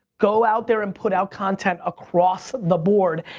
go out there and put out content across the board,